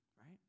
right